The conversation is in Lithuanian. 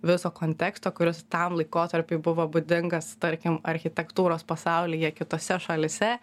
viso konteksto kuris tam laikotarpiui buvo būdingas tarkim architektūros pasaulyje kitose šalyse